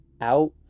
out